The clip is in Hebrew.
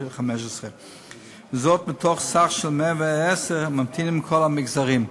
וזאת מתוך 110 ממתינים מכל המגזרים.